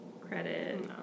credit